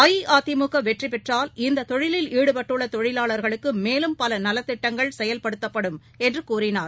அஇஅதிமுக வெற்றிபெற்றால் இந்த தொழிலில் ஈடுபட்டுள்ள தொழிலாளர்களுக்கு மேலும் பல நலத்திட்டங்கள் செயல்படுத்தப்படும் என்று கூறினார்